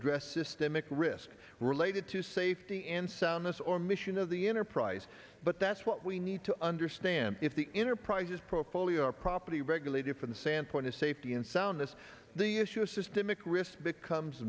address systemic risk related to safety and soundness or mission of the enterprise but that's what we need to understand if the enterprise is pro fully or properly regulated from the sand point of safety and soundness the issue of systemic risk becomes